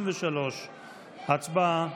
53, הצבעה.